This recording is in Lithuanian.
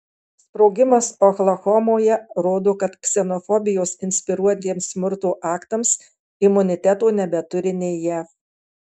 sprogimas oklahomoje rodo kad ksenofobijos inspiruotiems smurto aktams imuniteto nebeturi nė jav